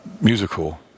musical